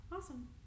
Awesome